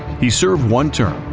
he served one term,